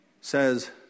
says